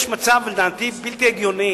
יש מצב, לדעתי, בלתי הגיוני,